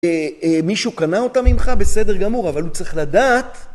מישהו קנה אותם ממך בסדר גמור, אבל הוא צריך לדעת...